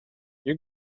you